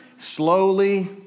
Slowly